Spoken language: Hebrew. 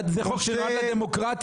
זה חוק שנועד לדמוקרטיה.